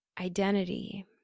identity